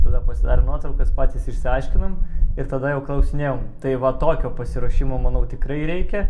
tada pasidarėm nuotraukas patys išsiaiškinom ir tada jau klausinėjom tai va tokio pasiruošimo manau tikrai reikia